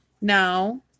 now